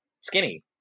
skinny